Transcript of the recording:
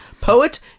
poet